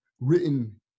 written